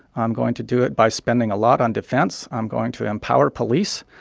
i'm going to do it by spending a lot on defense. i'm going to empower police.